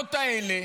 האגדות האלה